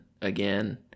again